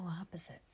opposites